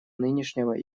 нынешнего